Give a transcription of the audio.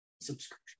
subscription